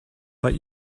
but